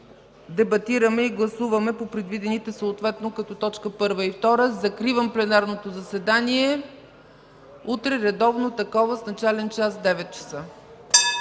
дебатираме и гласуваме по предвидените съответно като точка 1 и 2. Закривам пленарното заседание. Утре, редовно такова с начален час 9,00 ч.